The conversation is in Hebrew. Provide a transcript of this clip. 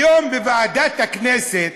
היום בוועדת הכנסת,